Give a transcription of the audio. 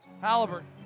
Halliburton